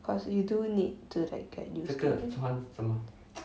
because you do need to like get used to it